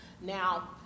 now